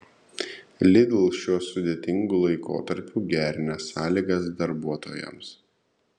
lidl šiuo sudėtingu laikotarpiu gerina sąlygas darbuotojams